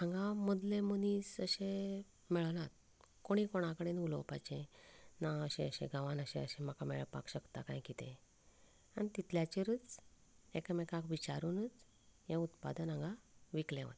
हांगा मदलें मनीस अशें मेळनात कोणी कोणा कडेन उलोवपाचे ना अशें अशें गांवांन अशें अशें म्हाका मेळपाक शकता काय किदें आनी तितल्याचेरच एकामेकांक विचारूनच हें उत्पादन हांगा विकलें वता